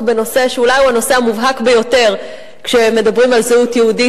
בנושא שאולי הוא הנושא המובהק ביותר כשמדברים על זהות יהודית,